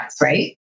right